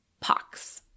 pox